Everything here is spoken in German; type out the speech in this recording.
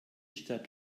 stadt